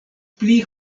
pli